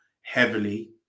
heavily